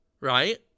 right